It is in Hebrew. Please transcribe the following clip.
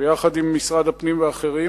ויחד עם משרד הפנים ואחרים.